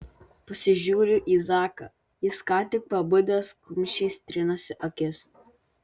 pasižiūriu į zaką jis ką tik pabudęs kumščiais trinasi akis